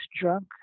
drunk